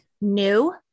new